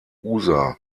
usa